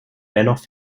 dennoch